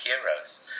heroes